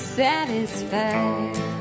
satisfied